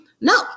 No